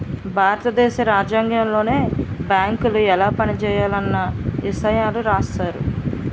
భారత దేశ రాజ్యాంగంలోనే బేంకులు ఎలా పనిజేయాలన్న ఇసయాలు రాశారు